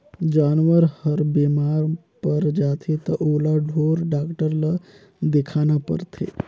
जानवर हर बेमार पर जाथे त ओला ढोर डॉक्टर ल देखाना परथे